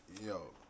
yo